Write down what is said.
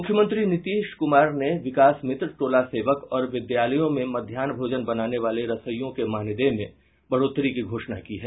मुख्यमंत्री नीतीश कुमार ने विकास मित्र टोला सेवक और विद्यालयों में मध्याह भोजन बनाने वाले रसोइयों के मानदेय में बढ़ोतरी की घोषणा की है